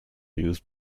used